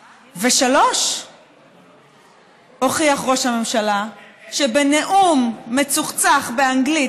3. הוכיח ראש הממשלה שבנאום מצוחצח באנגלית,